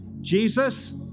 Jesus